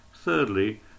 Thirdly